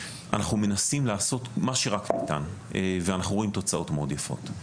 מנסים לעשות מה שרק ניתן ורואים תוצאות יפות מאוד.